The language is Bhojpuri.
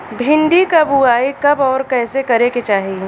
भिंडी क बुआई कब अउर कइसे करे के चाही?